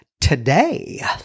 today